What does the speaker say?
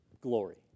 glory